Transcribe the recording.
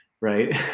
Right